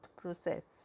process